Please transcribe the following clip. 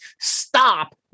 stop